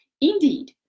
Indeed